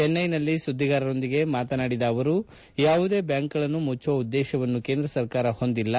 ಚೆನ್ನೈನಲ್ಲಿ ಸುದ್ದಿಗಾರರೊಂದಿಗೆ ಮಾತನಾಡಿದ ಅವರು ಯಾವುದೇ ಬ್ಯಾಂಕುಗಳನ್ನು ಮುಚ್ಚುವ ಉದ್ದೇಶವನ್ನು ಕೇಂದ್ರ ಸರ್ಕಾರ ಹೊಂದಿಲ್ಲ